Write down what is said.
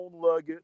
luggage